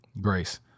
grace